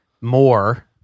more